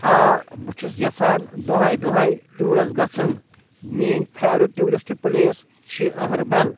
آ بہٕ چھُس یژھان دۄہَے دۄہَے ٹیٛوٗرَس گژھُن میٛٲنۍ فیورِٹ ٹیٛوٗرِسٹہٕ پُلیس چھِ أہربَل